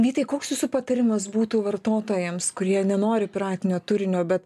vytai koks jūsų patarimas būtų vartotojams kurie nenori piratinio turinio bet